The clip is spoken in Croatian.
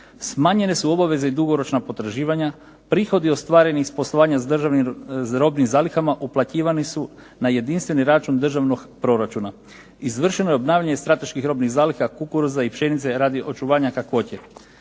smanjene su obaveze i dugoročna potraživanja, prihodi ostvareni iz poslovanja s državnim robnim zalihama uplaćivani su na jedinstveni račun državnog proračuna, izvršeno je obnavljanje strateških robnih zaliha kukuruza i pšenice radi očuvanja kakvoće.